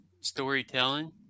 storytelling